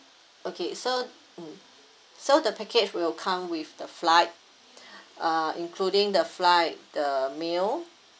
okay so mm so the package will come with the flight uh including the flight the meal